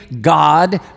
God